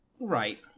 right